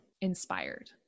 inspired